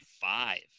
five